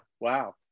wow